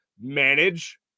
manage